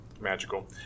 magical